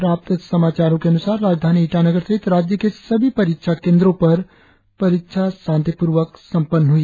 प्राप्त समाचारों के अन्सार राजधानी ईटानगर सहित राज्य के सभी परीक्षा केंद्रों पर परीक्षा शांतिपूर्वक संपन्न हई